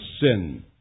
sin